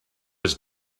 was